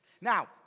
Now